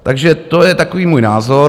Takže to je takový můj názor.